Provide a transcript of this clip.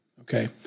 okay